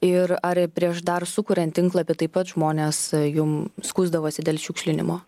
ir ar prieš dar sukuriant tinklapį taip pat žmonės jum skųsdavosi dėl šiukšlinimo